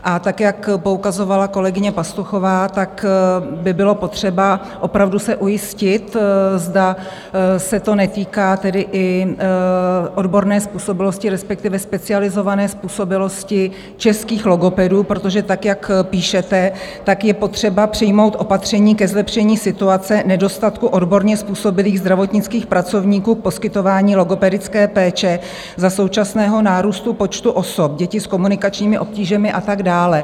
A tak, jak poukazovala kolegyně Pastuchová, by bylo potřeba opravdu se ujistit, zda se to netýká tedy i odborné způsobilosti, respektive specializované způsobilosti českých logopedů, protože tak, jak píšete, je potřeba přijmout opatření ke zlepšení situace nedostatku odborně způsobilých zdravotnických pracovníků k poskytování logopedické péče za současného nárůstu počtu osob, dětí s komunikačními obtížemi a tak dále.